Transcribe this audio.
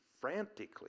frantically